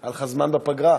היה לך זמן בפגרה.